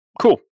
Cool